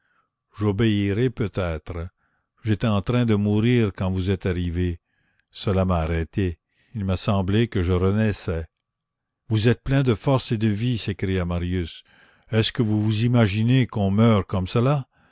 j'obéirai peut-être j'étais en train de mourir quand vous êtes arrivés cela m'a arrêté il m'a semblé que je renaissais vous êtes plein de force et de vie s'écria marius est-ce que vous vous imaginez qu'on meurt comme cela